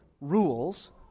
rules